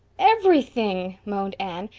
everything, moaned anne.